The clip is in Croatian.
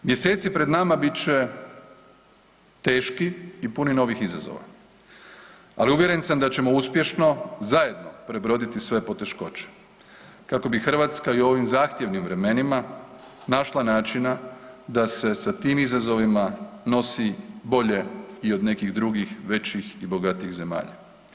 Mjeseci pred nama bit će teški i puni novih izazova, ali uvjeren sam da ćemo uspješno zajedno prebroditi sve poteškoće kako bi Hrvatska i u ovim zahtjevnim vremenima našla načina da se sa tim izazovima nosi bolje i od nekih drugih većih i bogatijih zemalja.